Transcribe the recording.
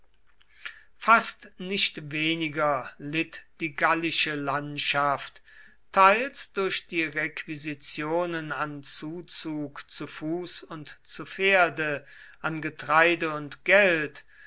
fast nicht weniger litt die gallische landschaft teils durch die requisitionen an zuzug zu fuß und zu pferde an getreide und geld